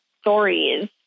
stories